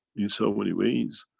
in so many ways,